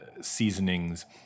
seasonings